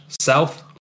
South